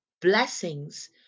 blessings